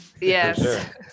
yes